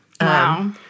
Wow